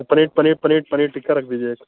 तो पनीर पनीर पनीर टिक्का रख दीजिए